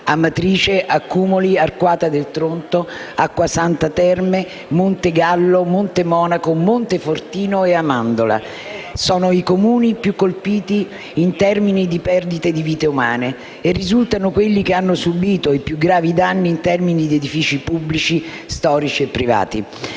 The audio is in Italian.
Amatrice, Accumoli, Arquata del Tronto, Acquasanta Terme, Montegallo, Montemonaco, Montefortino e Amandola sono i Comuni più colpiti in termini di perdite di vite umane e risultano quelli che hanno subito i più gravi danni a edifici pubblici, storici e privati.